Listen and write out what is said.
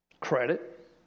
Credit